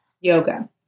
yoga